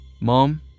Mom